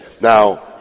Now